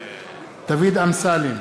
דוד אמסלם,